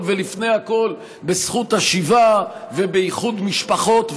ולפני הכול בזכות השיבה ובאיחוד משפחות,